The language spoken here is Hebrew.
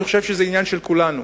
אני חושב שזה עניין של כולנו.